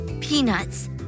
peanuts